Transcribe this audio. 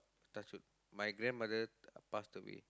touch wood my grandmother pass away